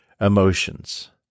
emotions